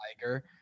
tiger